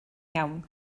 iawn